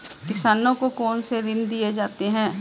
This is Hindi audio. किसानों को कौन से ऋण दिए जाते हैं?